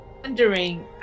wondering